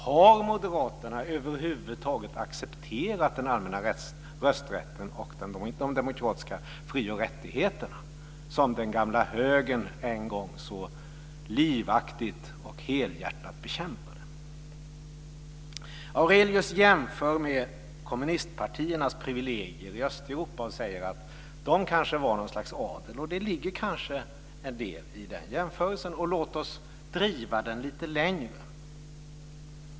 Har moderaterna över huvud taget accepterat den allmänna rösträtten och de demokratiska fri och rättigheterna, som den gamla högern en gång så livaktigt och helhjärtat bekämpade? Aurelius jämför med kommunistpartiernas privilegier i Östeuropa och säger att de kanske var något slags adel. Det ligger kanske en del i den jämförelsen. Låt oss driva den lite längre.